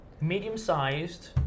medium-sized